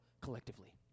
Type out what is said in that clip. collectively